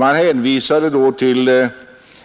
Man hänvisade till